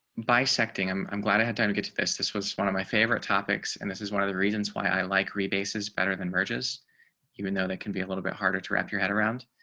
bisecting i'm glad i had time to get to this, this was one of my favorite topics. and this is one of the reasons why i like re basis, better than verges even though that can be a little bit harder to wrap your head around.